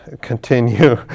continue